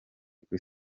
kuri